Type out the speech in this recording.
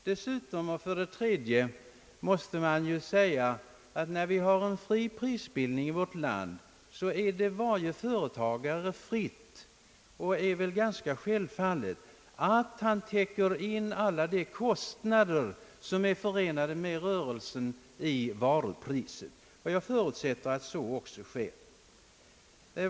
Därtill kommer för det tredje att eftersom vi har fri prisbildning i vårt land står det företagaren fritt — och det är väl ganska självfallet — att i varupriset täcka in alla de kostnader som är förenade med rörelsen. Jag förutsätter att så också sker.